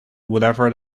whatever